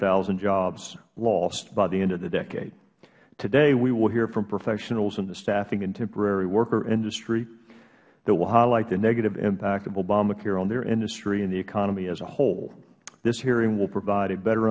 thousand jobs lost by the end of the decade today we will hear from professionals in the staffing and temporary worker industry that will highlight the negative impact of obamacare on their industry and the economy as a whole this hearing will provide a better